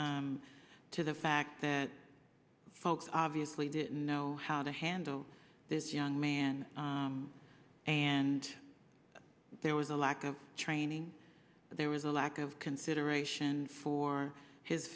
to the fact that folks obviously didn't know how to handle this young man and there was a lack of training there was a lack of consideration for his